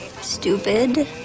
stupid